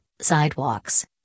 sidewalks